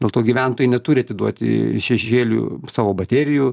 dėl to gyventojai neturi atiduoti į šešėlį savo baterijų